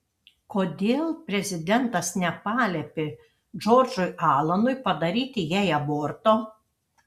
kodėl prezidentas nepaliepė džordžui alanui padaryti jai aborto